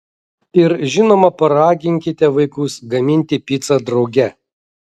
ir žinoma paraginkite vaikus gaminti picą drauge